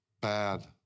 bad